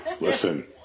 Listen